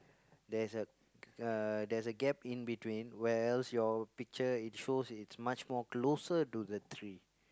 there's a uh there's a gap in between where else your picture it shows it's much more closer to the tree